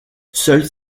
seules